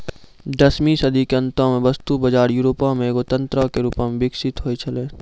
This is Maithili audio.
दसवीं सदी के अंतो मे वस्तु बजार यूरोपो मे एगो तंत्रो के रूपो मे विकसित होय छलै